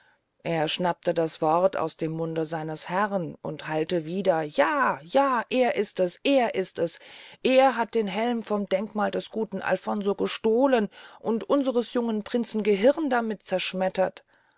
er schnappte das wort aus dem munde seines herrn und hallte wieder ja ja er ist es er ist es er hat den helm vom denkmal des guten alfonso gestohlen und unsers jungen prinzen gehirn damit zerschmettert